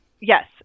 Yes